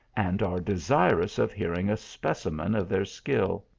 and are desirous of hearing a specimen of their skill.